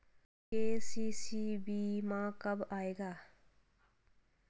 KCC बीमा कब आएगा?